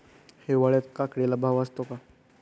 हिवाळ्यात काकडीला भाव असतो का?